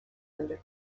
linden